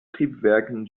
triebwerken